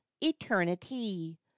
eternity